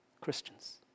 Christians